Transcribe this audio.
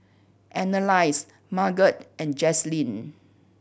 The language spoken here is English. Annalise Marget and Jazlyn